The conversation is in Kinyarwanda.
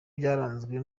byaranzwe